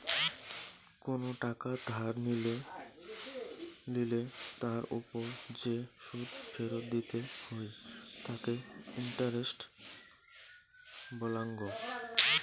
কোনো টাকা ধার লিলে তার ওপর যে সুদ ফেরত দিতে হই তাকে ইন্টারেস্ট বলাঙ্গ